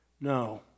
No